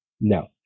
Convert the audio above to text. no